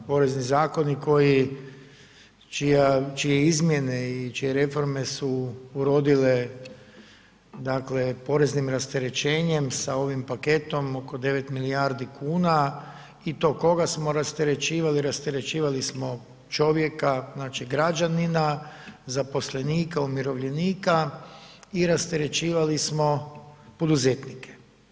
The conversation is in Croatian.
Porezni zakoni čije izmjene i čije reforme su urodile dakle poreznim rasterećenjem, sa ovim paketom oko 9 milijardi kuna i to koga smo rasterećivali, rasterećivali smo čovjeka, znači građanina, zaposlenika, umirovljenika i rasterećivali smo poduzetnike.